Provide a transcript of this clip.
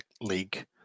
League